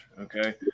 okay